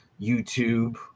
YouTube